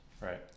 Right